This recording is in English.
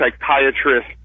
psychiatrist